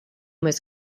was